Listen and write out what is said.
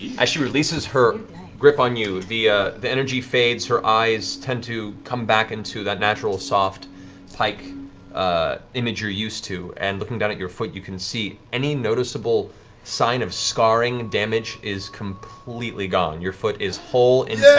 as she releases her grip on you, the ah the energy fades, her eyes tend to come back into that natural, soft pike image you're used to, and looking down at your foot, you can see any noticeable sign of scarring, damage is completely gone. your foot is whole, intact. sam and yeah